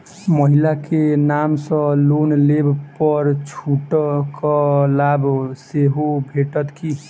महिला केँ नाम सँ लोन लेबऽ पर छुटक लाभ सेहो भेटत की?